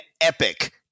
epic